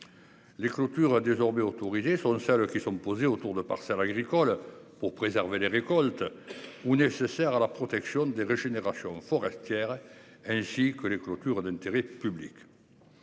Les clôtures désormais autorisées sont celles qui sont posées autour de parcelles agricoles pour préserver les récoltes ou nécessaires à la protection des régénération forestière. Ainsi que les clôtures d'intérêt public.